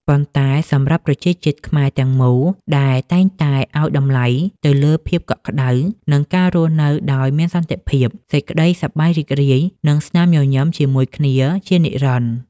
ប៉ុន្តែសម្រាប់ប្រជាជាតិខ្មែរទាំងមូលដែលតែងតែឱ្យតម្លៃទៅលើភាពកក់ក្តៅ និងការរស់នៅដោយមានសន្តិភាព សេចក្តីសប្បាយរីករាយ និងស្នាមញញឹមជាមួយគ្នាជានិច្ចនិរន្តរ៍។